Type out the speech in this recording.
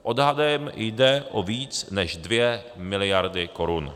Odhadem jde o víc než dvě miliardy korun.